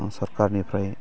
सरखारनिफ्राय